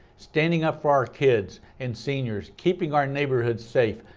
standing up for our kids and seniors, keeping our neighborhoods safe,